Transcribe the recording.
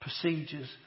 procedures